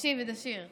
תקשיב איזה שיר.